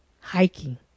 hiking